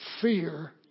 fear